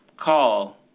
call